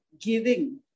giving